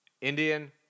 Indian